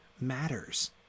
matters